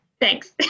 thanks